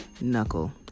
knuckle